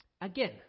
Again